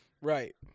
Right